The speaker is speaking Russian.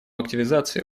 активизации